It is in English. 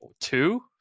two